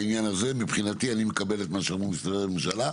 בעניין הזה מבחינתי אני מקבל את מה שאמרו משרדי הממשלה.